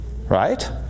right